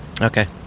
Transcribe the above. Okay